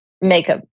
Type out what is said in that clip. makeup